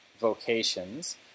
vocations